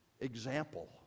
example